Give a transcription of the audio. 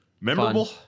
memorable